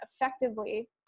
effectively